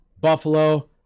Buffalo